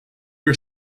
are